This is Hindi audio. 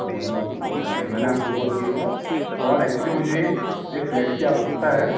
जरनल ग्रुप प्रॉपटी मैंने आपको कॉल किया था और एक्चुली मुझे एक फ्लैट की आवश्यकता है